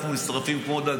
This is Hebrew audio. אנחנו נשרפים כמו דג,